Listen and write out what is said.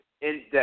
index